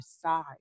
side